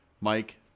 Mike